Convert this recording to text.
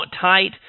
tight